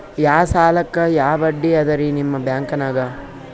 ಯಾ ಸಾಲಕ್ಕ ಯಾ ಬಡ್ಡಿ ಅದರಿ ನಿಮ್ಮ ಬ್ಯಾಂಕನಾಗ?